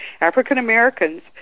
african-americans